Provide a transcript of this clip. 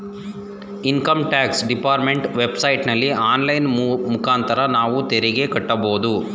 income tax department web ಸೈಟಲ್ಲಿ online ಮುಖಾಂತರ ನಾವು ತೆರಿಗೆ ಕಟ್ಟಬೋದು